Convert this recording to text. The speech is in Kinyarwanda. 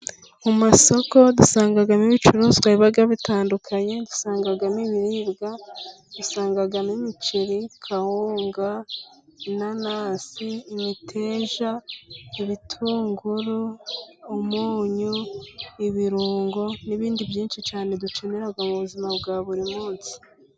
Mu masoko dusangamo ibicuruzwa biba bitandukanye. Dusangamo ibiribwa, dusangamo imiceri, kawunga ,inanasi, imiteja, ibitunguru, umunyu, ibirungo n'ibindi byinshi cyane dukenera mu buzima bwa buri munsi.